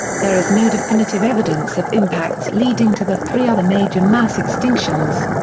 there is no definitive evidence of impacts leading to the three other major mass extinctions.